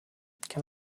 can